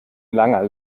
langer